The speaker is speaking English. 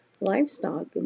livestock